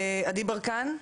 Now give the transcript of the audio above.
עדי ברקן.